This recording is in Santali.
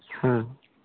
ᱦᱮᱸ